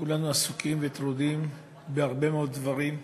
כולנו עסוקים וטרודים בהרבה מאוד דברים,